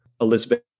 elizabeth